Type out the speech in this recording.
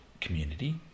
community